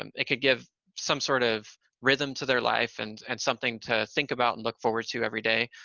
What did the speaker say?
um it could give some sort of rhythm to their life and and something to think about and look forward to every day,